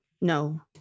no